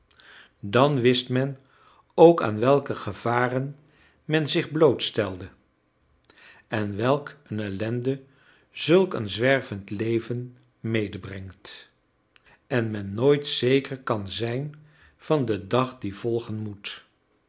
dan wist men ook aan welke gevaren men zich blootstelde en welk een ellende zulk een zwervend leven medebrengt en men nooit zeker kan zijn van den dag die volgen moet